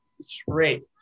Straight